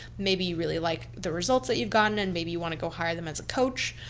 maybe you really like the results that you've gotten and maybe you want to go hire them as a coach,